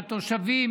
מהתושבים,